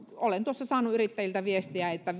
olen saanut yrittäjiltä viestiä että